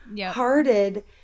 hearted